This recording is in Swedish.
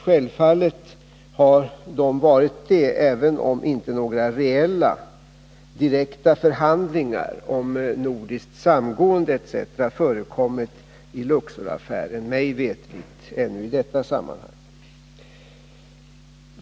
Självfallet har de varit det, även om inte mig veterligt i detta sammanhang några direkta förhandlingar om ett nordiskt samgående har förekommit i Luxoraffären.